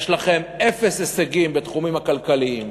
יש לכם אפס הישגים בתחומים הכלכליים,